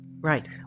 Right